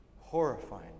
horrifying